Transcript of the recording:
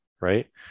right